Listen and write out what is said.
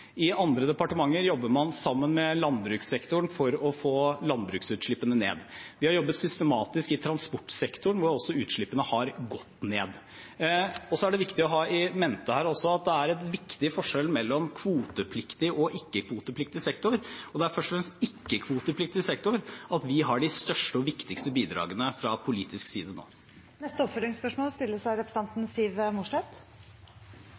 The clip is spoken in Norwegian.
landbrukssektoren for å få landbruksutslippene ned. Vi har jobbet systematisk i transportsektoren hvor også utslippene har gått ned. Og så er det viktig å ha i mente her at det er en viktig forskjell mellom kvotepliktig og ikke-kvotepliktig sektor. Det er først og fremst i ikke-kvotepliktig sektor at vi har de største og viktigste bidragene fra politisk side. Siv Mossleth – til oppfølgingsspørsmål.